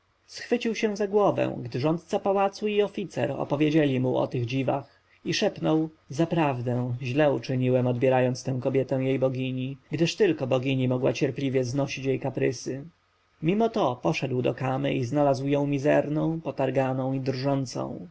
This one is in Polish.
schwycił się za głowę gdy rządca pałacu i oficer opowiedzieli mu o tych dziwach i szepnął zaprawdę źle uczyniłem odbierając tę kobietę jej bogini gdyż tylko bogini mogła cierpliwie znosić jej kaprysy mimo to poszedł do kamy i znalazł ją mizerną potarganą i drżącą